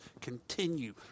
continue